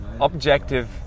objective